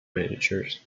managers